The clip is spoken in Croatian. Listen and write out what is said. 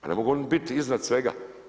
Pa ne mogu oni biti iznad svega.